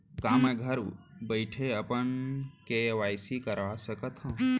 का मैं घर बइठे अपन के.वाई.सी करवा सकत हव?